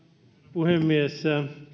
puhemies